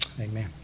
Amen